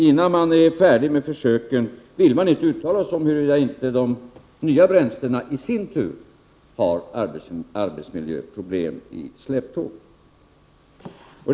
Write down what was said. Innan man är färdig med försöken vill man inte uttala sig om huruvida inte de nya bränslena i sin tur har arbetsmiljöproblem i släptåg.